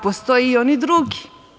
Postoje i oni drugi.